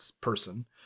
person